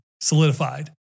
solidified